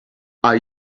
are